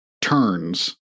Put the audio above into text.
turns